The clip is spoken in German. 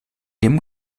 dem